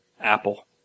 Apple